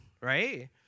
right